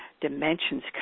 dimensions